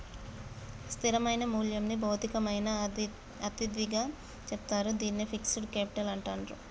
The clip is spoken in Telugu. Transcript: స్థిరమైన మూల్యంని భౌతికమైన అతిథిగా చెప్తారు, దీన్నే ఫిక్స్డ్ కేపిటల్ అంటాండ్రు